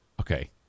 Okay